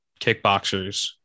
kickboxers